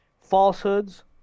falsehoods